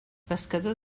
pescador